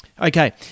Okay